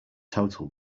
total